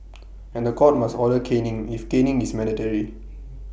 and The Court must order caning if caning is mandatory